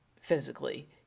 physically